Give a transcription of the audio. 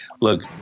look